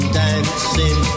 dancing